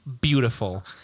beautiful